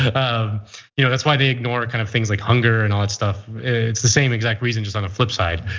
um yeah that's why they ignore kind of things like hunger and all that stuff. it's the same exact reason just on the flip side.